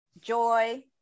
joy